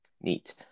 neat